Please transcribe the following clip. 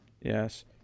yes